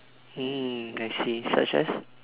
hmm I see such as